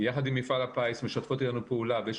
יחד עם מפעל הפיס משתפות איתנו פעולה ויש